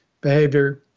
behavior